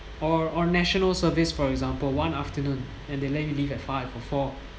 or or national service for example one afternoon and they let you leave at five or four